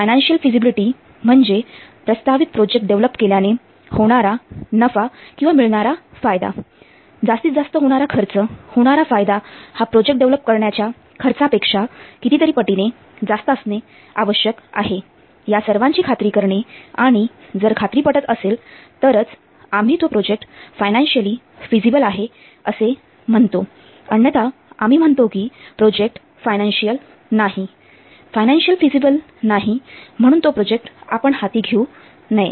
financial feasibility म्हणजे प्रस्तावित project develop केल्याने होणारा नफा किंवा मिळणारा फायदा जास्तीत जास्त होणारा खर्च होणार फायदा हा प्रोजेक्ट डेव्हलप करण्याच्या खर्चापेक्षा कितीतरी पटीने जास्त असणे आवश्यक आहे या सर्वांची खात्री करणे आणि आणि जर खात्री पटत असेल तरच आम्ही तो प्रोजेक्ट फायनान्शिअली फिझीबल आहे असे म्हणतो अन्यथा आम्ही म्हणतो कि प्रोजेक्ट फायनान्शिअल नाही फायनान्शिअल फिझीबल नाही म्हणून तो प्रोजेक्ट आपण हाती घेऊ नये